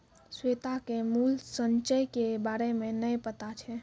श्वेता के मूल्य संचय के बारे मे नै पता छै